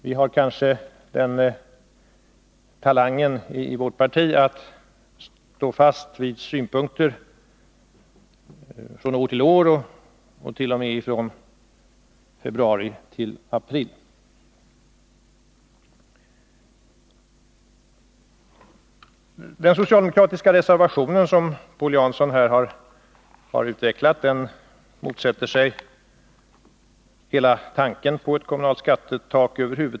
Vi har kanske den talangen i vårt parti att stå fast vid synpunkter år från år, ja t.o.m. från - Nr 133 har utvecklat, hela tanken på ett kommunalt skattetak.